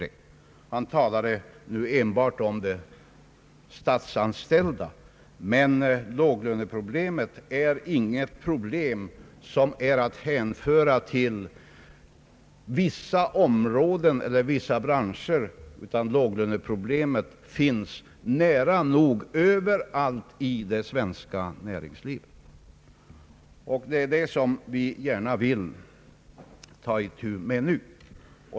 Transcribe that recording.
Herr Bengtson talade nu enbart om de statsanställda, men låglöneproblemet är inte ett problem som är att hänföra till vissa områden eller vissa branscher, utan det finns nära nog överallt i det svenska näringslivet. Det är det som vi gärna tar itu med nu.